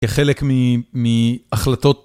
כחלק מהחלטות.